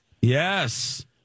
Yes